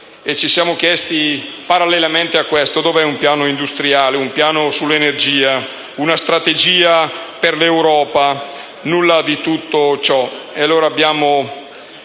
ci siamo chiesti, parallelamente a questo: dove sono un piano industriale, sull'energia, una strategia per l'Europa? Nulla di tutto ciò